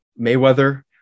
mayweather